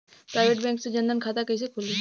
Private bank मे जन धन खाता कैसे खुली?